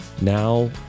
Now